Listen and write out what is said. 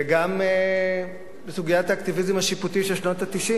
וגם בסוגיית האקטיביזם של שנות ה-90,